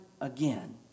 again